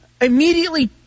immediately